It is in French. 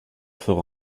fera